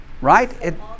Right